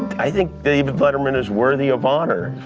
i think david letterman is worthy of honor,